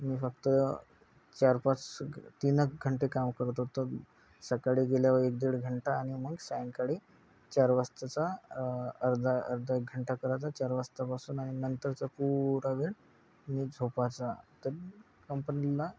मी फक्त चार पाच तीन घंटे काम करतो तर सकाळी गेल्यावर एक दीड घंटा आणि मग सायंकाळी चार वाजताचा अर्धा अर्धा एक घंटा करायचा चार वाजतापासून आणि नंतरचा पुरा वेळ मी झोपायचो तर कंपनीला